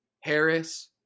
Harris